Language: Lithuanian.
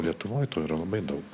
lietuvoj to yra labai daug